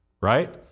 right